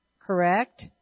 Correct